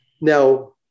Now